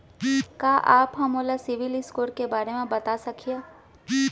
का आप हा मोला सिविल स्कोर के बारे मा बता सकिहा?